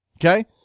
okay